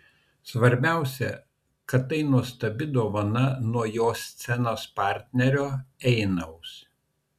svarbiausia kad tai nuostabi dovana nuo jo scenos partnerio einiaus